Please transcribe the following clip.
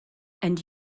and